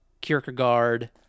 Kierkegaard